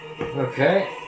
Okay